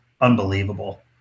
unbelievable